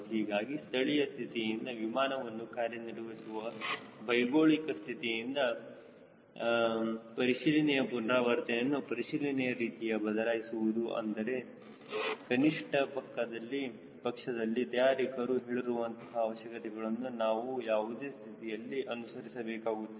ಹೀಗಾಗಿ ಸ್ಥಳೀಯ ಸ್ಥಿತಿಯಿಂದ ವಿಮಾನವನ್ನು ಕಾರ್ಯನಿರ್ವಹಿಸುವ ಭೌಗೋಳಿಕ ಸ್ಥಿತಿಗಳಿಂದ ಪರಿಶೀಲನೆಯ ಪುನರಾವರ್ತನೆಯನ್ನು ಪರಿಶೀಲನೆಯ ರೀತಿಯನ್ನು ಬದಲಾಯಿಸಬಹುದು ಆದರೆ ಕನಿಷ್ಠ ಪಕ್ಷದಲ್ಲಿ ತಯಾರಿಕರು ಹೇಳಿರುವಂತಹ ಅವಶ್ಯಕತೆಗಳನ್ನು ನಾವು ಯಾವುದೇ ಸ್ಥಿತಿಯಲ್ಲಿ ಅನುಸರಿಸಬೇಕಾಗುತ್ತದೆ